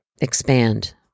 expand